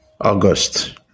August